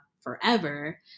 forever